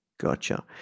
Gotcha